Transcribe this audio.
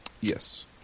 Yes